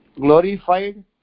glorified